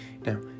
Now